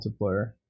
multiplayer